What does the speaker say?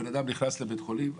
האדם נכנס לבית חולים,